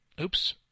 Oops